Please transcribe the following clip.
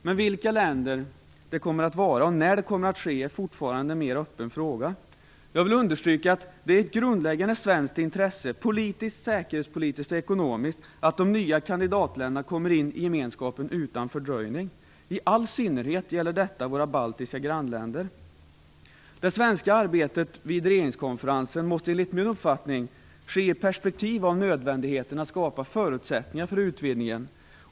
Men vilka länder det kommer att vara och när det kan komma att ske är fortfarande en öppen fråga. Jag vill understryka att det är ett grundläggande svenskt intresse - politiskt, säkerhetspolitiskt och ekonomiskt - att de nya kandidatländerna kommer in i gemenskapen utan fördröjning. I all synnerhet gäller detta våra baltiska grannländer. Det svenska arbetet vid regeringskonferensen måste enligt min uppfattning ske i perspektiv av nödvändigheten av att skapa förutsättningar för utvidgningen.